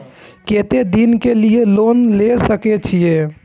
केते दिन के लिए लोन ले सके छिए?